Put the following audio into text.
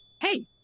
Hey